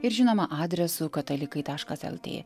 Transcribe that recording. ir žinoma adresu katalikai taškas lt